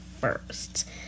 first